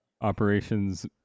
operations